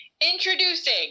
introducing